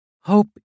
hope